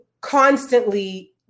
constantly